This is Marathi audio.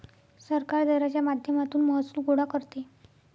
सरकार दराच्या माध्यमातून महसूल गोळा करते